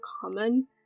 common